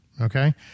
Okay